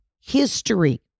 history